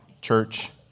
church